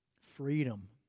Freedom